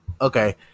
okay